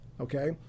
okay